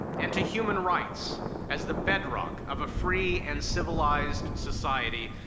and to human rights as the bedrock of a free and civilized society,